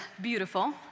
beautiful